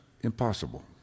impossible